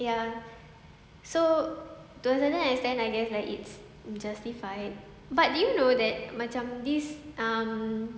ya so to a certain extent I guess like it's justified but did you know that macam this um